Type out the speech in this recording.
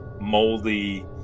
moldy